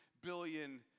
billion